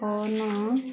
phone